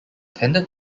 tended